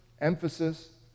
emphasis